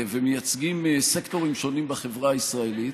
ומייצגים סקטורים שונים בחברה הישראלית,